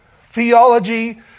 theology